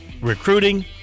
recruiting